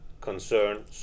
concern